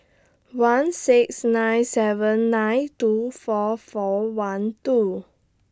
one six nine seven nine two four four one two